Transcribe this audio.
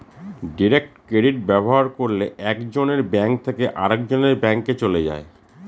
direct credit ব্যবহার করলে এক জনের ব্যাঙ্ক থেকে আরেকজনের ব্যাঙ্কে চলে যায়